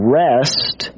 rest